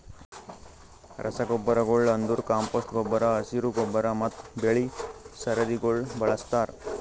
ರಸಗೊಬ್ಬರಗೊಳ್ ಅಂದುರ್ ಕಾಂಪೋಸ್ಟ್ ಗೊಬ್ಬರ, ಹಸಿರು ಗೊಬ್ಬರ ಮತ್ತ್ ಬೆಳಿ ಸರದಿಗೊಳ್ ಬಳಸ್ತಾರ್